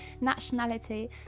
nationality